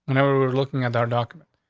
whenever we're looking at our document,